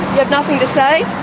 have nothing to say?